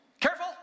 careful